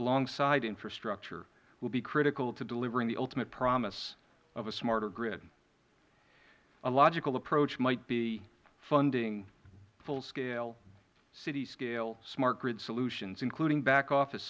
alongside infrastructure will be critical to delivering the ultimate promise of a smarter grid a logical approach might be funding full scale city scale smart grid solutions including back office